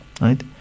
right